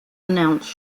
announced